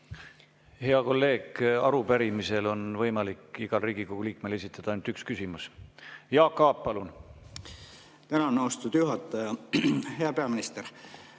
Hea kolleeg, arupärimise ajal on võimalik igal Riigikogu liikmel esitada ainult üks küsimus. Jaak Aab, palun! Tänan, austatud juhataja! Hea peaminister!